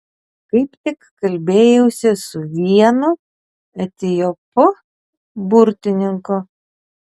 kaip tik kalbėjausi su vienu etiopu burtininku